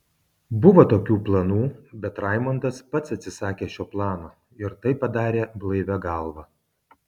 buvo tokių planų bet raimondas pats atsisakė šio plano ir tai padarė blaivia galva